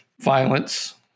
violence